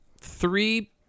three